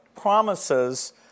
promises